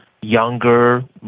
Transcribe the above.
younger